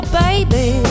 baby